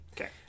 Okay